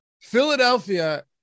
Philadelphia